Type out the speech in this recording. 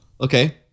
Okay